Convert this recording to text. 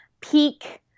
peak